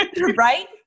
Right